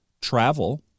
travel